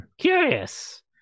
Curious